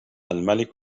الملك